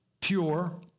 pure